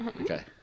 Okay